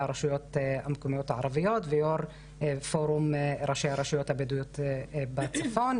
הרשויות הערביות ויושב ראש פורום ראשי הרשויות הבדואיות בצפון,